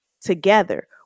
together